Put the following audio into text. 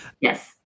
yes